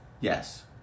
Yes